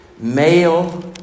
Male